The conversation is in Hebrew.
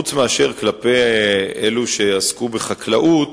חוץ מאשר כלפי אלו שעסקו בחקלאות,